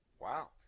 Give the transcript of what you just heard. Wow